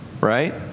Right